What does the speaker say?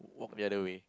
the other way